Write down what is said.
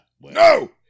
No